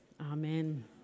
amen